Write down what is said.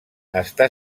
està